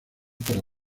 para